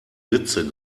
ritze